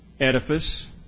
edifice